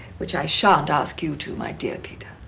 which i shan't ask you to, my dear peter.